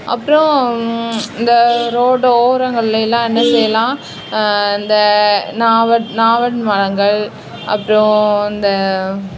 அப்புறம் இந்த ரோட்டு ஓரங்களெலேலாம் என்ன செய்யலாம் இந்த நாவ நாவல் மரங்கள் அப்புறம் இந்த